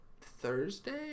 Thursday